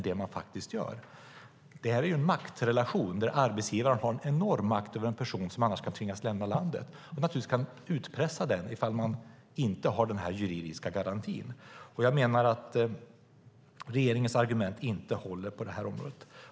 Det är en maktrelation där arbetsgivaren har en enorm makt över en person som kan tvingas lämna landet och naturligtvis kan utpressa denne om man inte har den juridiska garantin. Jag menar att regeringens argument på det här området inte håller.